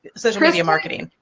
social media marketing.